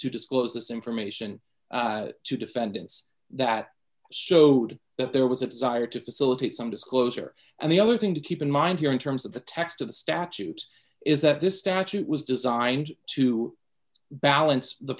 to disclose this information to defendants that showed that there was a desire to facilitate some disclosure and the other thing to keep in mind here in terms of the text of the statute is that this statute was designed to balance the